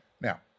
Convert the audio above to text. Now